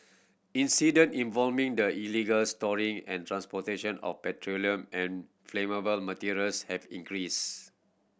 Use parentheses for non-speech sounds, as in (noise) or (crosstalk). incident (unintelligible) the illegal storing and transportation of petroleum and flammable materials have increased